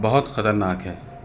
بہت خطرناک ہے